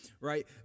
right